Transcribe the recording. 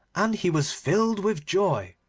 and he was filled with joy,